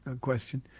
question